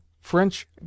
French